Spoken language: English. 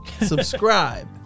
subscribe